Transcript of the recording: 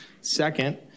Second